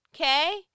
okay